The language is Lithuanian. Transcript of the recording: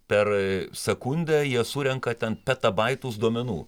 per sekundę jie surenka ten petabaitus duomenų